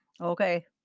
okay